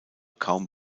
kaum